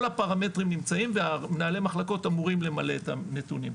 כל הפרמטרים נמצאים ומנהלי המחלקות אמורים למלא את הנתונים.